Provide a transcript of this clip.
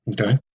Okay